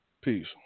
Peace